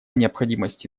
необходимости